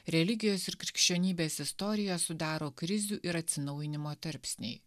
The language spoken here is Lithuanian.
religijos ir krikščionybės istoriją sudaro krizių ir atsinaujinimo tarpsniai